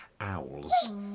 owls